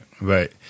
Right